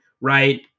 right